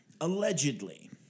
allegedly